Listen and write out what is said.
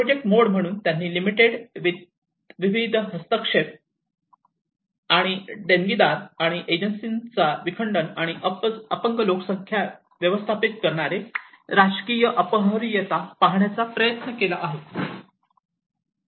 project mode म्हणून त्यांनी limited विविध हस्तक्षेप आणि देणगीदार आणि एजन्सींचा विखंडन आणि अपंग लोकसंख्या व्यवस्थापित करणारे राजकीय अपरिहार्यता पाहण्याचा प्रयत्न केला आहे